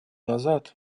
назад